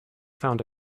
found